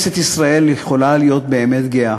כנסת ישראל יכולה להיות באמת גאה.